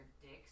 dicks